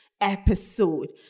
episode